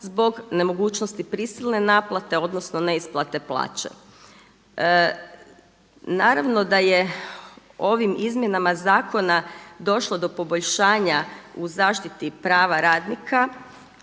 zbog nemogućnosti prisilne naplate, odnosno neisplate plaće. Naravno da je ovim izmjenama zakona došlo do poboljšanja u zaštiti prava radnika